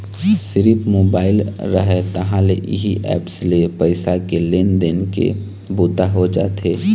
सिरिफ मोबाईल रहय तहाँ ले इही ऐप्स ले पइसा के लेन देन के बूता हो जाथे